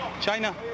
China